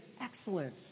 excellent